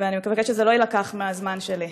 ואני מבקשת שזה לא יילקח מהזמן שלי.